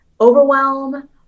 overwhelm